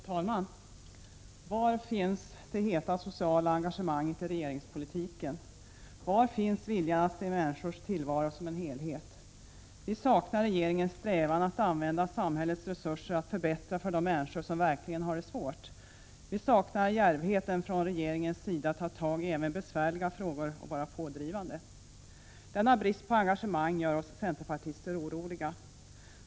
Herr talman! Var finns det heta sociala engagemanget i regeringspolitiken? Var finns viljan att se människors tillvaro som en helhet? Vi saknar regeringens strävan att använda samhällets resurser till att förbättra för de människor som verkligen har det svårt. Vi saknar djärvheten från regeringens sida att ta tag i även besvärliga frågor och vara pådrivande där. Denna brist på engagemang gör oss centerpartister oroliga.